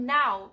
now